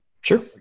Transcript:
Sure